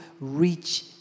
reach